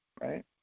right